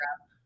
up